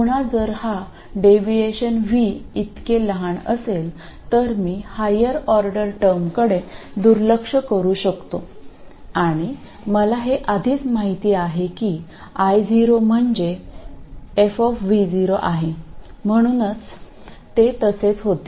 पुन्हा जर हा डेविएशन v हे इतके लहान असेल तर मी हायर ऑर्डर टर्मकडे दुर्लक्ष करू शकतो आणि मला हे आधीच माहित आहे की I0 म्हणजे f आहे म्हणून हे तसेच होते